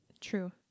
True